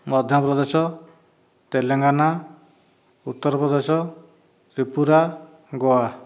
Madhya Pradesh Telangana Uttar Pradesh Tripura Goa